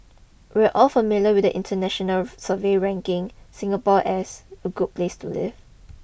we're all familiar with the international surveys ranking Singapore as a good place to live